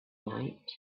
night